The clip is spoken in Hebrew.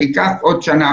זה ייקח בערך עוד שנה.